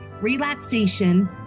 relaxation